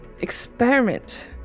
experiment